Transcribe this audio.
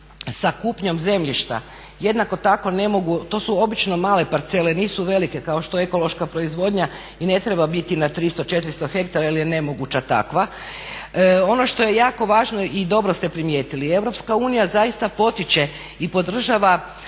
sa kupnjom zemljišta. Jednako tako ne mogu, to su obično male parcele, nisu velike kao što je ekološka proizvodnja i ne treba biti na 300, 400 hektara jer je nemoguća takva. Ono što je jako važno i dobro ste primijetili, Europska unija zaista potiče i podržava